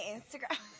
Instagram